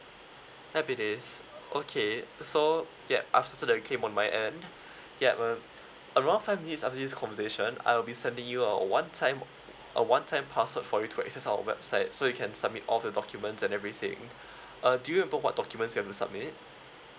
happy days okay so ya after the claim on my end yup uh around five minutes after this conversation I'll be sending you a one time a one time password for you to access our website so you can submit all of your documents and everything uh do you remember what documents you have to submit